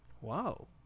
Wow